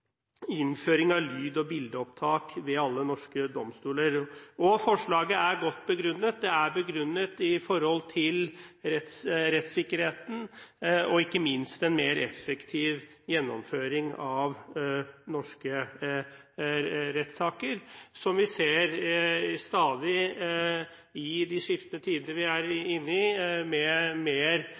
innføring av lyd- og bildeopptak ved alle norske domstoler. Forslaget er godt begrunnet i henhold til rettsikkerheten og ikke minst en mer effektiv gjennomføring av norske rettssaker, der vi stadig ser, i de skiftende tider vi er inne i, større saker som føres for domstolene, mer